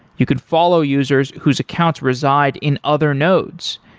you could follow users whose accounts reside in other nodes.